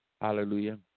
Hallelujah